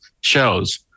shows